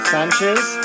Sanchez